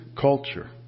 culture